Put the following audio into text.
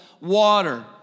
water